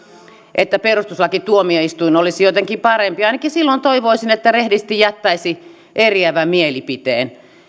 että perustuslakituomioistuin olisi jotenkin parempi ainakin silloin toivoisin että rehdisti jättäisi eriävän mielipiteen